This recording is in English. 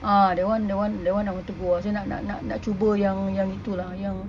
ah that [one] that [one] that [one] I want to go ah saya nak nak nak nak cuba yang yang itu lah yang